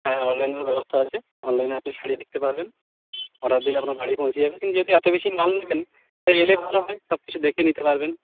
হ্যাঁ অনলাইনেরও ব্যবস্থা আছে অনলাইনে আপনি শাড়ি দেখতে পারবেন অর্ডার দিলে আপনার বাড়ি পৌঁছে যাবে কিন্তু যেহেতু এত বেশি মাল নেবেন তাই এলে ভালো হয় সবকিছু দেখে নিতে পারবেন